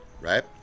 Right